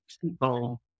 people